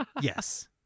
Yes